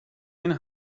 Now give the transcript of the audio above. den